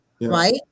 right